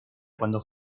cuando